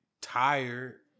tired